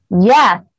Yes